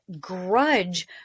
grudge